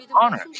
honor